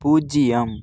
பூஜ்ஜியம்